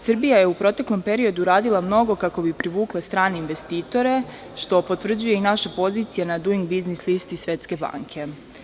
Srbija je u proteklom periodu uradila mnogo kako bi privukla strane investitore, što potvrđuje i naša pozicija na Duing biznis listi Svetske banke.